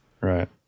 Right